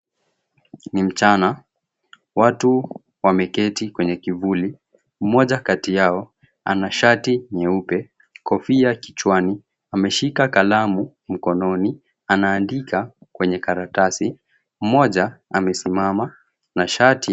Ni mchana, watu wameketi kwenye kivuli, mmoja kati yao ana shati nyeupe, kofia kichwani, ameshika kalamu mkononi, anaandika kwenye karatasi. Mmoja amesimama na shati.